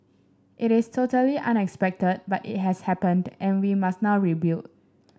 it is totally unexpected but it has happened and we must now rebuild